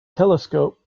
telescope